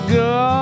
go